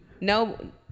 No